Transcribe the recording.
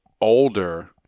older